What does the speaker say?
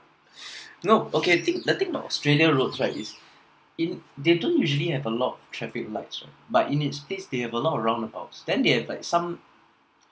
no okay thing the thing the thing the australia roads right is in they usually have a lot traffic lights right but in estates they have a lot of roundabouts then they have like some